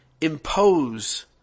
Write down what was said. impose